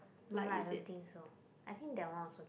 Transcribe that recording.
no lah I don't think so I think that one also can